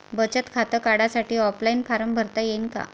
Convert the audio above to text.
बचत खातं काढासाठी ऑफलाईन फारम भरता येईन का?